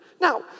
Now